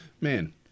man